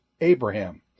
Abraham